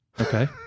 Okay